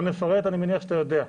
לא נפרט, אני מניח שאתה יודע.